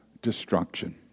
Destruction